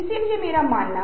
तो कृपया इसे मत भूलना